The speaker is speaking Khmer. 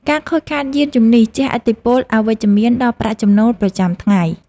ការខូចខាតយានជំនិះជះឥទ្ធិពលអវិជ្ជមានដល់ប្រាក់ចំណូលប្រចាំថ្ងៃ។